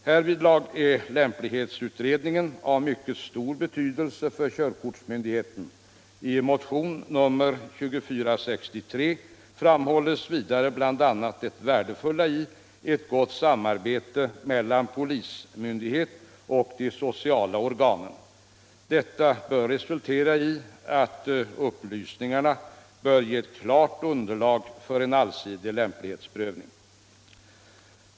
Härvidlag är lämplighetsutredningen av mycket stor betydelse för körkortsmyndigheten. I motionen 2463 framhålls vidare bl.a. det värdefulla i ett gott samarbete mellan polismyndighet och de sociala organen. Detta bör resultera i att upplysningarna ger ett gott underlag för en allsidig lämplighetsprövning.